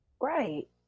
Right